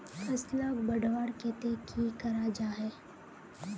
फसलोक बढ़वार केते की करा जाहा?